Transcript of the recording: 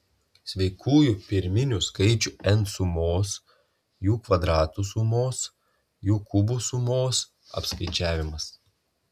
sveikųjų pirminių skaičių n sumos jų kvadratų sumos jų kubų sumos apskaičiavimas